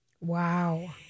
Wow